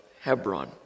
Hebron